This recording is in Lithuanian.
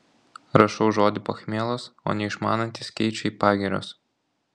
rašau žodį pachmielas o neišmanantys keičia į pagirios